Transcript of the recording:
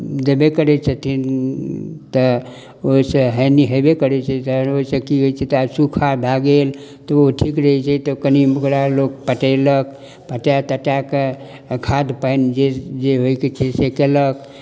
देबे करै छथिन तऽ ओहिसँ हानि हेबे करै छै तखन ओहिसँ की होइ छै तऽ आब सूखा भए गेल तऽ ओ ठीक रहै छै तऽ कनि ओकरा लोक पटेलक पटाए तटाए कऽ खाद पानि जे जे होयके छै से कयलक